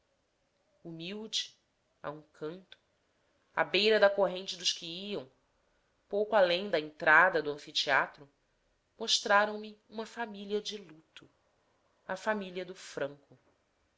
humilde a um canto à beira da corrente dos que iam pouco além da entrada do anfiteatro mostraram me uma família de luto a família do franco